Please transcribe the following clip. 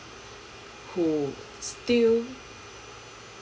who still